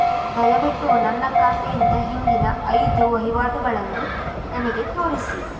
ದಯವಿಟ್ಟು ನನ್ನ ಖಾತೆಯಿಂದ ಹಿಂದಿನ ಐದು ವಹಿವಾಟುಗಳನ್ನು ನನಗೆ ತೋರಿಸಿ